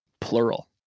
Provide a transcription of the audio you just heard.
plural